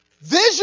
Vision